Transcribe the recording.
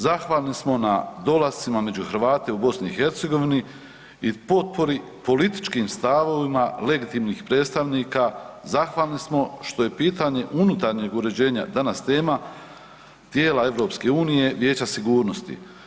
Zahvalni smo na dolascima među Hrvate u Bosni i Hercegovini i potpori političkim stavovima legitimnih predstavnika, zahvalni smo što je pitanje unutarnjeg uređenja danas tema tijela EU, Vijeća sigurnosti.